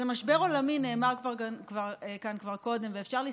זה משבר עולמי, נאמר כבר כאן כבר קודם,